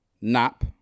nap